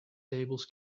tables